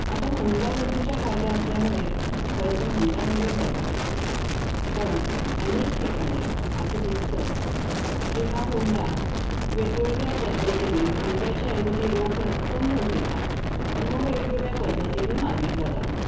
आता हुंडाबंदीचा कायदा असल्यामुळे खरं तर हुंडा दिला जात नाही पण अनेक ठिकाणी असं दिसतं की हा हुंडा वेगवेगळ्या पद्धतींनी हुंड्याच्याऐवजी रोख रक्कम न घेता पण मग वेगवेगळ्या पद्धतींनी मागितला जातो आहे